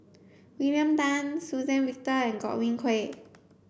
William Tan Suzann Victor and Godwin Koay